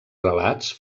relats